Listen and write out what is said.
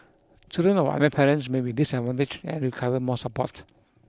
children of unwed parents may be disadvantaged and require more support